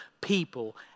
people